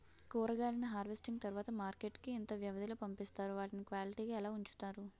కూరగాయలను హార్వెస్టింగ్ తర్వాత మార్కెట్ కి ఇంత వ్యవది లొ పంపిస్తారు? వాటిని క్వాలిటీ గా ఎలా వుంచుతారు?